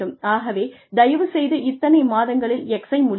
ஆகவே தயவுசெய்து இத்தனை மாதங்களில் X -ஐ முடியுங்கள்